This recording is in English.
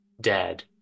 Dead